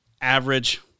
average